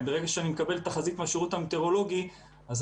ברגע שאני מקבל תחזית מהשירות המטאורולוגי אנחנו